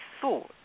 thought